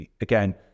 again